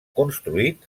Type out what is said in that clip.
construït